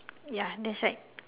ya that's right